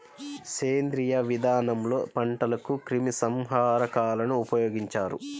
సేంద్రీయ విధానంలో పంటలకు క్రిమి సంహారకాలను ఉపయోగించరు